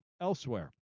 elsewhere